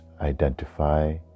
identify